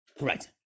Right